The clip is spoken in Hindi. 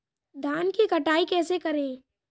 धान की कटाई कैसे करें?